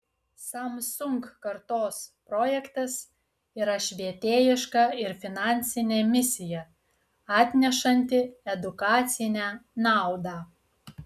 samsung kartos projektas yra švietėjiška ir finansinė misija atnešanti edukacinę naudą